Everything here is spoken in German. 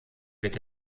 wird